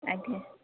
ଆଜ୍ଞା